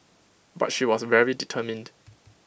but she was very determined